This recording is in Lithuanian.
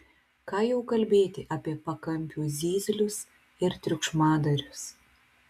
ką jau kalbėti apie pakampių zyzlius ir triukšmadarius